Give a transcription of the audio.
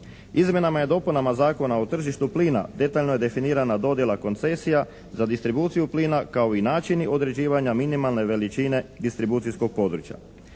Izmjenama i dopunama Zakona o tržištu plina detaljno je definirana dodjela koncesija za distribuciju plina kao i načini određivanja minimalne veličine distribucijskog područja.